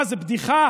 מה זה, בדיחה?